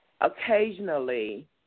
Occasionally